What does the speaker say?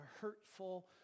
hurtful